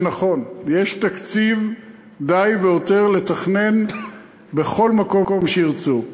זה נכון, יש תקציב די והותר לתכנן בכל מקום שירצו.